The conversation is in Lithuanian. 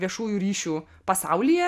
viešųjų ryšių pasaulyje